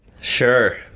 Sure